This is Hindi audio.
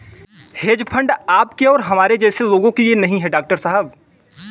हेज फंड आपके और हमारे जैसे लोगों के लिए नहीं है, डॉक्टर साहब